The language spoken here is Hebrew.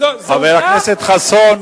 זאת היתה עובדה היסטורית.